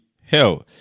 hell